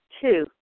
Two